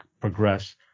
progress